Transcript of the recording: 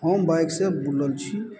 हम बाइकसँ बुलल छी